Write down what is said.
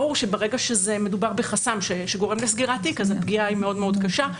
ברור שברגע שמדובר בחסם שגורם לסגירת תיק הפגיעה היא מאוד קשה.